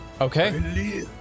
okay